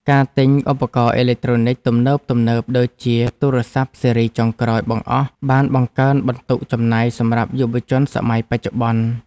ការទិញឧបករណ៍អេឡិចត្រូនិកទំនើបៗដូចជាទូរស័ព្ទស៊េរីចុងក្រោយបង្អស់បានបង្កើនបន្ទុកចំណាយសម្រាប់យុវជនសម័យបច្ចុប្បន្ន។